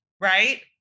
right